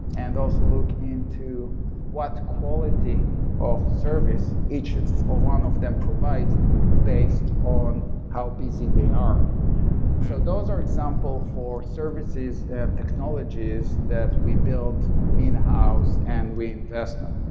and also look into what quality of service each or one of them provides based on how busy they are so those are example for services and technologies that we build in-house and we invest on.